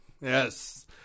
Yes